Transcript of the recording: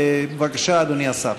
בבקשה, אדוני השר.